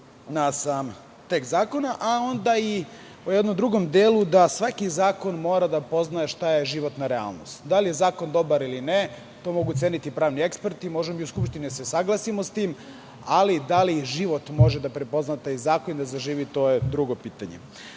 na sam tekst zakona, a onda i o jednom drugom delu, da svaki zakon mora da poznaje šta je životna realnost. Da li je zakon dobar ili ne, to mogu ceniti pravni eksperti, možemo i u Skupštini da se usaglasimo sa tim, ali da li život može da prepozna taj zakon i da zaživi to je drugo pitanje. Prva